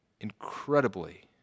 incredibly